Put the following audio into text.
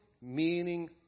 meaning